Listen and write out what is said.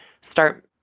start